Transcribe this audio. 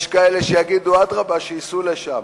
יש שיגידו, אדרבה, שייסעו לשם,